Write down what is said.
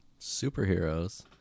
Superheroes